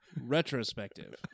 retrospective